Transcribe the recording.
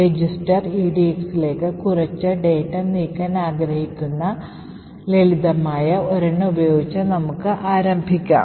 register edxലേക്ക് കുറച്ച് data നീക്കാൻ ആഗ്രഹിക്കുന്ന ലളിതമായ ഒരെണ്ണം ഉപയോഗിച്ച് നമുക്ക് ആരംഭിക്കാം